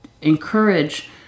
encourage